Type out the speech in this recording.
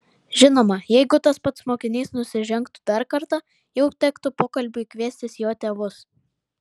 žinoma jeigu tas pats mokinys nusižengtų dar kartą jau tektų pokalbiui kviestis jo tėvus